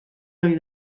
ohi